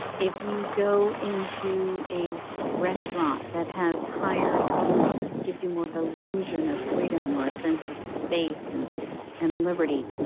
if you go into a restaurant that has higher ceilings, it gives you more of the illusion of freedom or a sense of space and and liberty.